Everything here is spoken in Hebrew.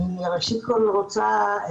אני ראשית כל רוצה,